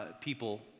people